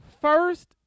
first